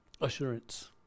assurance